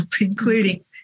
including